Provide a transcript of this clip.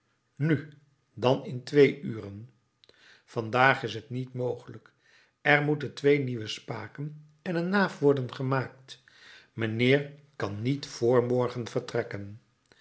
nu dan in twee uren vandaag is t niet mogelijk er moeten twee nieuwe spaken en een naaf worden gemaakt mijnheer kan niet vr morgen vertrekken